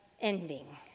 ending